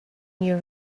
your